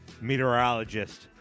meteorologist